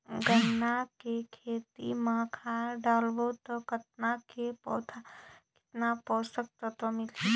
गन्ना के खेती मां खाद डालबो ता गन्ना के पौधा कितन पोषक तत्व मिलही?